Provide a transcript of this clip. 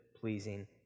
pleasing